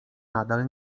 nadal